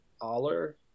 Aller